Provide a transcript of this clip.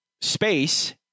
space